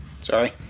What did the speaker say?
Sorry